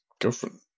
girlfriend